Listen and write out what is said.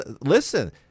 listen –